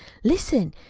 listen!